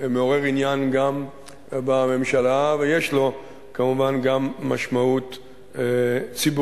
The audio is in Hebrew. מעורר עניין גם בממשלה ויש לו כמובן גם משמעות ציבורית,